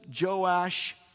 Joash